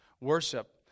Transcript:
Worship